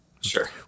sure